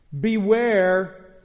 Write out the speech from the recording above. Beware